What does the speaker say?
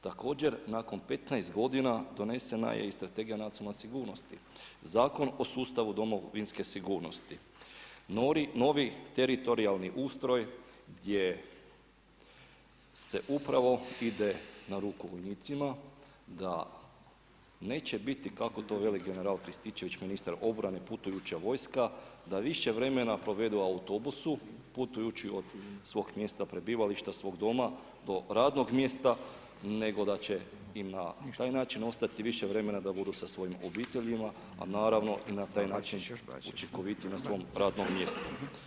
Također, nakon 15 godina donesena je i Strategija nacionalne sigurnosti, Zakon o sustavu Domovinske sigurnosti, novi teritorijalni ustroj gdje se upravo ide na ruku vojnicima da neće biti kako to veli general Krstičević, ministar obrane, putujuća vojska, da više vremena provedu u autobusu putujući od svog mjesta prebivališta svog doma do radnog mjesta nego da će im na taj način ostati više vremena da budu sa svojim obiteljima, a naravno i na taj način učinkovitiji na svom radnom mjestu.